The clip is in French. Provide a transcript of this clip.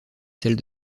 celle